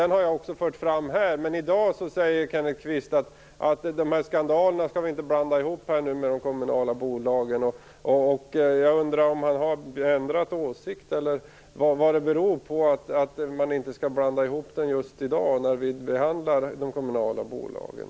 Den har jag också fört fram här. Men i dag säger Kenneth Kvist att vi inte skall blanda ihop skandalerna med de kommunala bolagen. Jag undrar om han har ändrat åsikt. Vad beror det på att man inte skall blanda ihop det just i dag, när vi behandlar de kommunala bolagen?